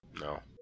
No